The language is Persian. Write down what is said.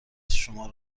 شما